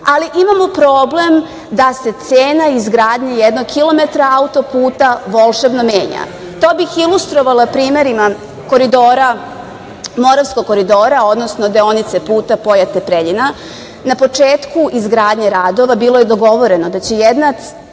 ali imamo problem da se cena izgradnje jednog kilometra auto-puta volšebno menja. To bih ilustrovala primerima Moravskog koridora, odnosno deonice puta Pojate – Preljina. Na početku izgradnje radova bilo je dogovoreno da će cena po